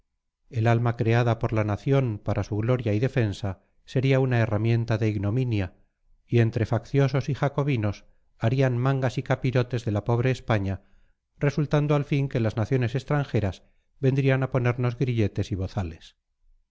el arma creada por la nación para su gloria y defensa sería una herramienta de ignominia y entre facciosos y jacobinos harían mangas y capirotes de la pobre españa resultando al fin que las naciones extranjeras vendrían a ponernos grilletes y bozales